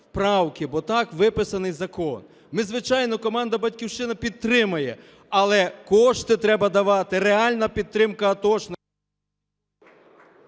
правки, бо так виписаний закон. Ми, звичайно, команда "Батьківщина" підтримає, але кошти треба давати, реальна підтримка...